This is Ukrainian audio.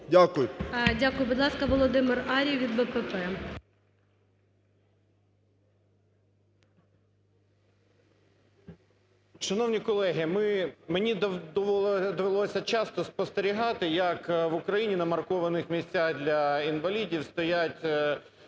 Дякую. Будь ласка, Володимир Ар'єв від БПП. 16:57:35 АР’ЄВ В.І. Шановні колеги, мені довелося часто спостерігати, як в Україні на маркованих місцях для інвалідів стоять